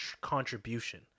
contribution